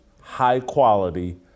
high-quality